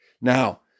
Now